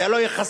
זה לא יחסל,